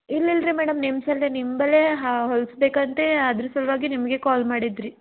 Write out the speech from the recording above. ಇಲ್ಲಿಲ್ಲ ರೀ ಮೇಡಮ್ ನಿಮ್ಸಲ್ಲೆ ನಿಂಬಲ್ಲೇ ಹೊಲಿಸ್ಬೇಕಂತೇ ಅದ್ರ ಸಲುವಾಗಿ ನಿಮಗೆ ಕಾಲ್ ಮಾಡಿದ್ದು ರೀ